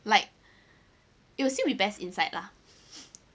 like it will still be best inside lah